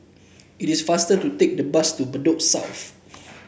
it is faster to take the bus to Bedok South